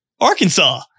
Arkansas